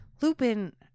Lupin